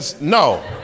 No